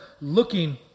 looking